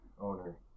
owner